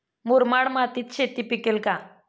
मुरमाड मातीत शेती पिकेल का?